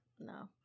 No